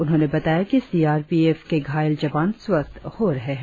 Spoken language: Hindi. उन्होंने बताया कि सी आर पी एफ के घायल जवान स्वस्थ हो रहे हैं